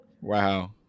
Wow